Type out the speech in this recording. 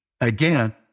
Again